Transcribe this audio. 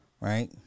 right